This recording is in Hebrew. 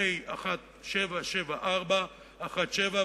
פ/1774/17,